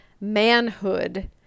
manhood